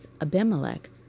Abimelech